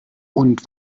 und